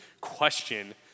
question